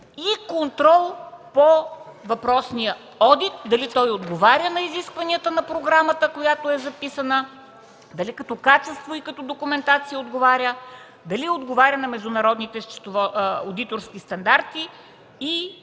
в чл. 44, по въпросния одит дали той отговаря на изискванията на програмата, която е записана, дали като качество и документация отговаря, дали отговаря на международните одиторски стандарти и